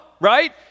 right